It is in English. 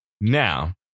Now